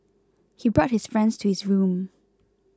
he brought his friends to his room